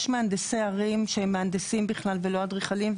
יש מהנדסי ערים שהם מהנדסים בכלל ולא אדריכלים,